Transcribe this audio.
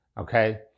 okay